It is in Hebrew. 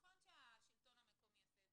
נכון שהשלטון המקומי עושה את זה,